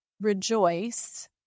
rejoice